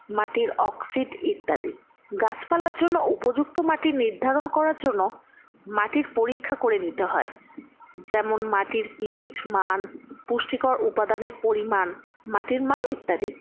মাটির ইত্যাদি গাছপালার জন্য উপযুক্ত মাটির নির্ধারণ করার জন্য মাটির পরীক্ষা করে নিতে হয় যেমন মাটির পিএইচ মান পুষ্টিকর উপাদানের পরিমাণ মাটির মান ইত্যাদি